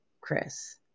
Chris